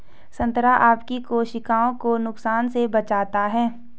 संतरा आपकी कोशिकाओं को नुकसान से बचाता है